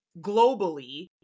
globally